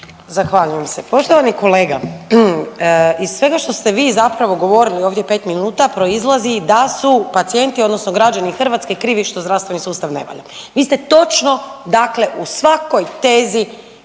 Zahvaljujem vam se. Poštovani kolega, iz svega što ste vi zapravo govorili ovdje 5 minuta proizlazi da su pacijenti odnosno građani Hrvatske krivi što zdravstveni sustav ne valja. Vi ste točno dakle u svakoj tezi